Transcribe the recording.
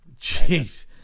Jeez